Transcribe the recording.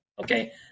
Okay